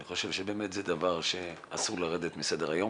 אני חושב שזה דבר שאסור להוריד אותו מסדר היום.